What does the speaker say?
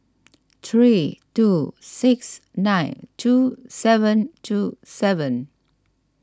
three two six nine two seven two seven